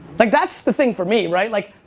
like that's the thing for me right like,